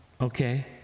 okay